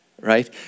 right